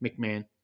McMahon